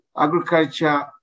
agriculture